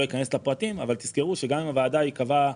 אכנס לפרטים אבל תזכרו שגם אם הוועדה קבעה